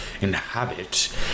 inhabit